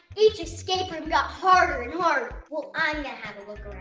each escape room got harder and harder! well, i'm gonna have a look